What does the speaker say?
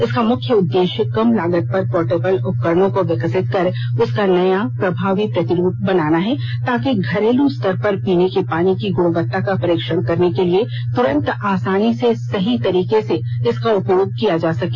इसका मुख्य उद्देश्य कम लागत पर पोर्टेबल उपकरणों को विकसित कर उसका नया प्रभावी प्रतिरूप बनाना है ताकि घरेलू स्तर पर पीने के पानी की गुणवत्ता का परीक्षण करने के लिए तुरंत आसानी से और सही तरीके से इसका उपयोग किया जा सके